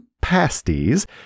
pasties